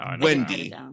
Wendy